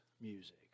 Music